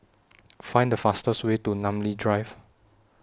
Find The fastest Way to Namly Drive